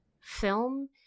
film